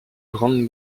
grande